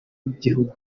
bw’igihugu